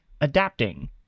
adapting